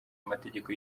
amategeko